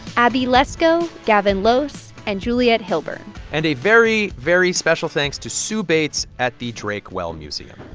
abby lesko, gavin loes and juliette hilburn and a very, very special thanks to sue beates at the drake well museum